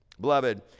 Beloved